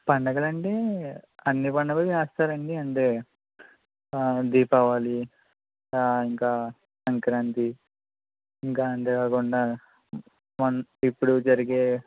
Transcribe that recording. పండగలండీ అన్ని పండుగలు చేస్తారండి అండ్ దీపావళి ఇంకా సంక్రాంతి ఇంకా అంతే కాకుండా మొ ఇప్పుడు జరిగే